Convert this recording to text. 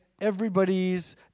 everybody's